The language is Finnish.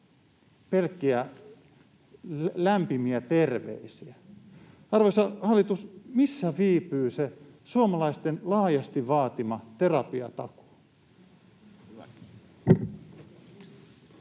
pelkkiä lämpimiä terveisiä. Arvoisa hallitus, missä viipyy se suomalaisten laajasti vaatima terapiatakuu?